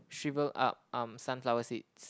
shrivelled up um sunflower seeds